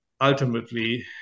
ultimately